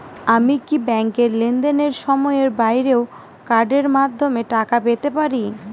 আমি কি ব্যাংকের লেনদেনের সময়ের বাইরেও কার্ডের মাধ্যমে টাকা পেতে পারি?